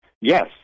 Yes